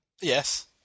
Yes